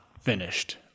finished